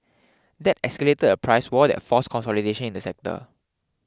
that escalated a price war that's force consolidation in the sector